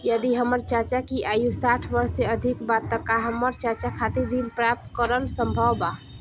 यदि हमर चाचा की आयु साठ वर्ष से अधिक बा त का हमर चाचा खातिर ऋण प्राप्त करल संभव बा